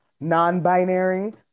non-binary